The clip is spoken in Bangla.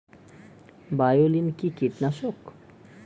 বায়োলিন কি কীটনাশক?